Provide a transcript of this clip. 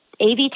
AV